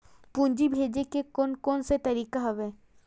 पूंजी भेजे के कोन कोन से तरीका हवय?